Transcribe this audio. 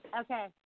Okay